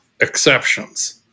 exceptions